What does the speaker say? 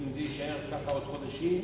האם זה יישאר ככה עוד חודשים,